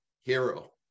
hero